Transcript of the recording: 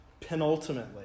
penultimately